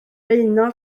beuno